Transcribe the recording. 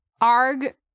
Arg